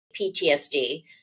PTSD